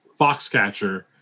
Foxcatcher